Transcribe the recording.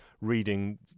reading